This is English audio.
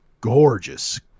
gorgeous